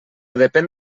depén